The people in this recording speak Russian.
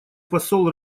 посол